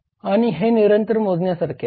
आणि हे निरंतर मोजण्यासारखे आहे